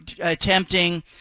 attempting